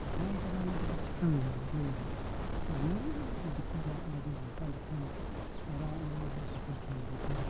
ᱟᱨ ᱵᱟᱢ ᱪᱟᱞᱟᱣ ᱞᱮᱱᱠᱷᱟᱱ ᱫᱚ ᱪᱤᱠᱟᱹᱢ ᱡᱚᱢᱟ ᱵᱟᱢ ᱡᱚᱢᱟ ᱢᱤᱫ ᱵᱤᱛᱟᱹ ᱞᱟᱡ ᱞᱟᱹᱜᱤᱫ ᱜᱚᱴᱟ ᱫᱤᱥᱚᱢ ᱮᱨᱟ ᱩᱨᱩ ᱤᱫᱤ ᱠᱷᱟᱹᱛᱤᱨ ᱛᱮᱜᱮ ᱜᱚᱴᱟ